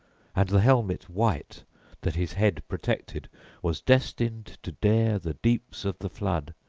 and the helmet white that his head protected was destined to dare the deeps of the flood,